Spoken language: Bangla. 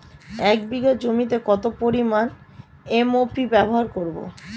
এক বিঘা জমিতে কত পরিমান এম.ও.পি ব্যবহার করব?